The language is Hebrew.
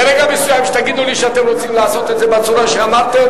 ברגע מסוים שתגידו לי שאתם רוצים לעשות את זה בצורה שאמרתם,